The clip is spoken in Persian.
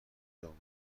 جامعه